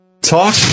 Talk